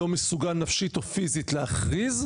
לא מסוגל נפשית או פיזית להכריז,